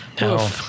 no